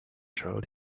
shirt